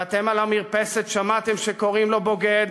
ואתם על המרפסת שמעתם שקוראים לו "בוגד"